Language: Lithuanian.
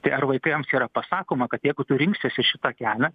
tai ar vaikams yra pasakoma kad jeigu tu rinksiesi šitą kelią